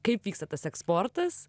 kaip vyksta tas eksportas